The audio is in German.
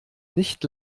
nicht